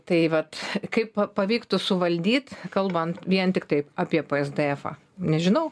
tai vat kaip pa pavyktų suvaldyt kalbant vien tiktai apie p es d efą nežinau